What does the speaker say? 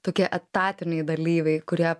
tokie etatiniai dalyviai kurie